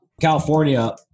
California